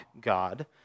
God